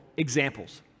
examples